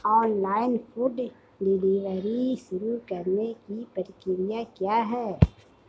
Online food delivery शुरू करने की प्रक्रिया क्या है?